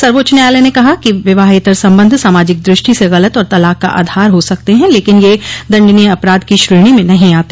सर्वोच्च न्यायालय ने कहा कि विवाहेतर संबंध सामाजिक द्रष्टि से गलत और तलाक का आधार हो सकते हैं लेकिन यह दंडनीय अपराध की श्रेणी में नहीं आते